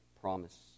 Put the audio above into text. promise